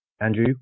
Andrew